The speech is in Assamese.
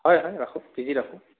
হয় হয় ৰাখোঁ পি জি ৰাখোঁ